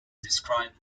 described